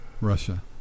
Russia